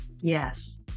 Yes